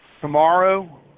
tomorrow